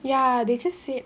ya they just said